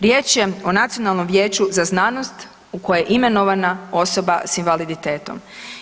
Riječ je o Nacionalnom vijeću za znanost u koje je imenovana osoba s invaliditetom.